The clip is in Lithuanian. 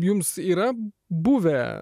jums yra buvę